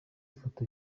foto